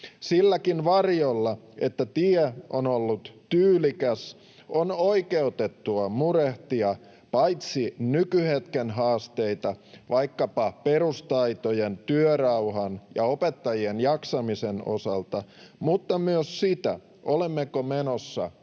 Silläkin varjolla, että tie on ollut tyylikäs, on oikeutettua murehtia paitsi nykyhetken haasteita vaikkapa perustaitojen, työrauhan ja opettajien jaksamisen osalta myös sitä, olemmeko menossa oikeaan